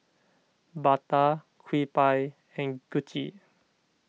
Bata Kewpie and Gucci